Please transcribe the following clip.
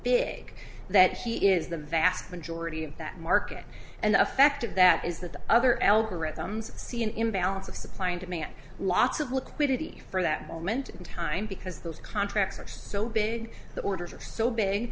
big that he is the vast majority of that market and the effect of that is that other algorithms see an imbalance of supply and demand lots of liquidity for that moment in time because those contracts are so big that orders are so big